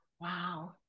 wow